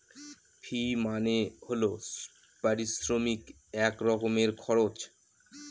ফি মানে হল পারিশ্রমিক এক রকমের খরচ